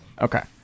okay